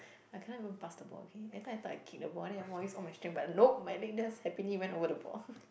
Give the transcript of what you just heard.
I cannot even pass the ball okay every time I thought I kick the ball and then !wah! I use all my strength but nope my leg just happily went over the ball